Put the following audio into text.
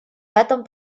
этом